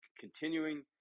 continuing